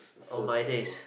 so